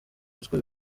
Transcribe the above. ruswa